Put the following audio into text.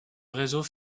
réseau